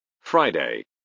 Friday